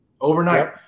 Overnight